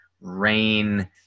rain